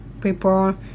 people